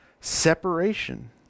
separation